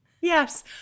Yes